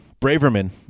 Braverman